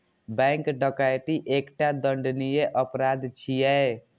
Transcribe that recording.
bank डकैती एकटा दंडनीय अपराध छियै